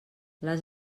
les